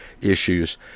issues